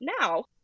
Now